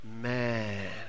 Man